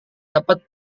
dapat